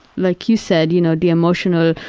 like you said, you know, the emotional,